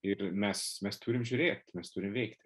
ir mes mes turim žiūrėt mes turim veikti